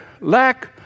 lack